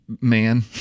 man